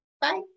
bye